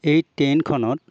এই ট্ৰেইনখনত